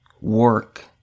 Work